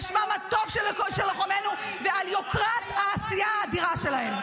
-- על שמם הטוב של לוחמינו ועל יוקרת העשייה האדירה שלהם.